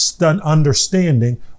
understanding